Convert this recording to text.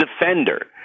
defender